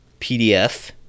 pdf